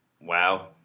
Wow